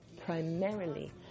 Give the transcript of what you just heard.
primarily